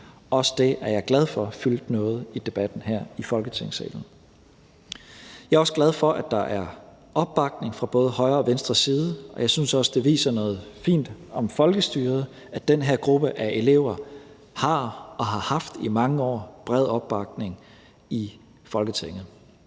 Også det er jeg glad for fyldte noget i debatten her i Folketingssalen. Jeg er også glad for, at der er opbakning fra både højre og venstre side i salen, og jeg synes også, det viser noget fint om folkestyret, at den her gruppe af elever har og i mange år har haft bred opbakning i Folketinget.